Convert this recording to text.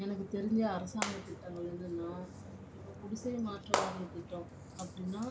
எனக்கு தெரிஞ்ச அரசாங்கம் திட்டங்கள் என்னென்னா இப்போ குடிசை மாற்று வாரிய திட்டம் அப்படினா